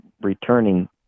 returning